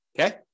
okay